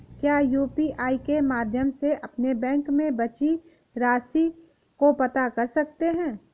क्या यू.पी.आई के माध्यम से अपने बैंक में बची राशि को पता कर सकते हैं?